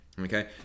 okay